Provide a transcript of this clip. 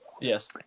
Yes